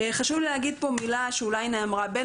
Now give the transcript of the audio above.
חשוב לי להגיד פה דבר שאולי נאמר בין